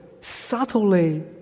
subtly